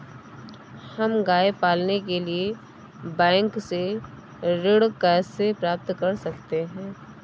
हम गाय पालने के लिए बैंक से ऋण कैसे प्राप्त कर सकते हैं?